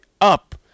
up